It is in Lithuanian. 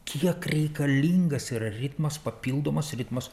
kiek reikalingas yra ritmas papildomas ritmas